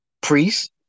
priest